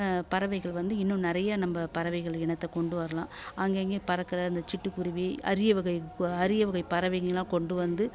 பறவைகள் வந்து இன்னும் நிறைய நம்ம பறவைகள் இனத்தை கொண்டு வரலாம் அங்கே இங்கே பறக்கிற இந்த சிட்டுக் குருவி அரிய வகை அரிய வகை பறவைங்கள்லாம் கொண்டு வந்து